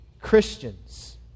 Christians